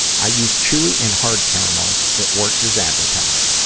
i use chewy and hard caramels it works as advertised.